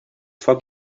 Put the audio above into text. foc